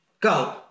Go